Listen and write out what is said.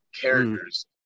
characters